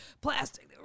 plastic